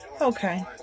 okay